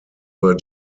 were